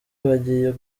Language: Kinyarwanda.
bagiye